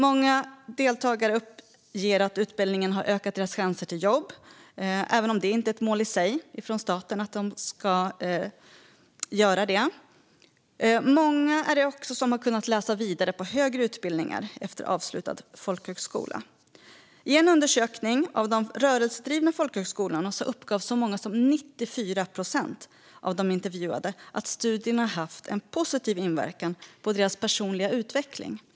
Många deltagare uppger att utbildningen har ökat deras chanser till jobb, även om det inte är ett mål i sig från statens sida att de ska göra det. Det är också många som har kunnat läsa vidare på högre utbildningar efter avslutad folkhögskola. I en undersökning av de rörelsedrivna folkhögskolorna uppgav så många som 94 procent av de intervjuade att studierna hade haft en positiv inverkan på deras personliga utveckling.